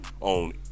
on